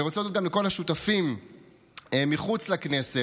אני רוצה להודות גם לכל השותפים מחוץ לכנסת,